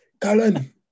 Colin